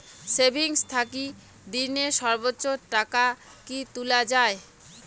Savings থাকি দিনে সর্বোচ্চ টাকা কি তুলা য়ায়?